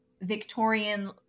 Victorian